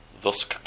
Thus